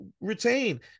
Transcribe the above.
Retain